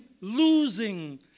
losing